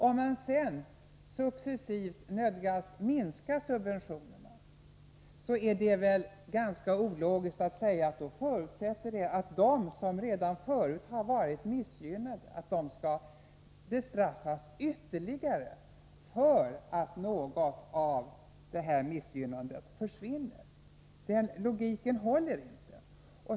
Om man sedan successivt nödgas minska subventionerna för de övriga är det väl ganska ologiskt att säga att detta förutsätter att de som redan förut var missgynnade skall bestraffas ytterligare. Den logiken håller inte.